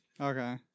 Okay